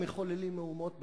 מחוללים מהומות בוואדי-עארה,